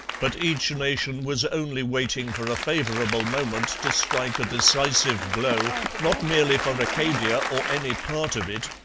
but each nation was only waiting for a favourable moment to strike a decisive blow, not merely for acadia or any part of it,